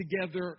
together